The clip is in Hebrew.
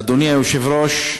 אדוני היושב-ראש,